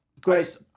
great